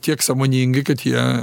tiek sąmoningi kad jie